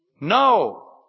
No